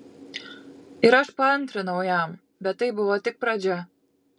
ir aš paantrinau jam bet tai buvo tik pradžia